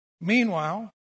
Meanwhile